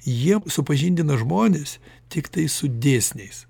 jie supažindina žmones tiktai su dėsniais